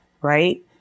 right